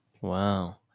Wow